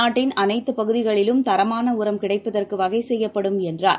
நாட்டின் அனைத்துப் பகுதிகளிலும் தரமானஉரம் கிடைப்பதற்குவகைசெய்யப்படும் என்றார்